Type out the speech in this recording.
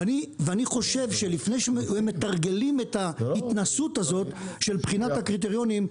ואני חושב שלפני שמתרגלים את ההתנסות הזאת של בחינת הקריטריונים,